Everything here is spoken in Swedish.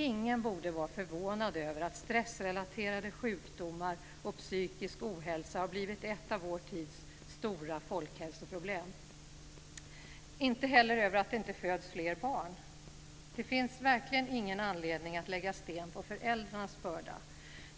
Ingen borde vara förvånad över att stressrelaterade sjukdomar och psykisk ohälsa har blivit ett av vår tids stora folkhälsoproblem. Ingen ska heller vara förvånad över att det inte föds fler barn. Det finns verkligen ingen anledning att lägga sten på föräldrarnas börda.